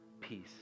peace